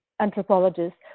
anthropologists